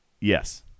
Yes